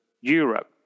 Europe